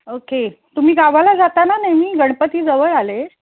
okay तुम्ही गावाला जाता ना नेहमी गणपती जवळ आले